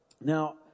Now